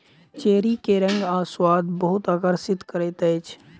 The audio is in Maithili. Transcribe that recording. चेरी के रंग आ स्वाद बहुत आकर्षित करैत अछि